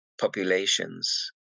populations